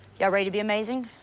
y'all ready to be amazing?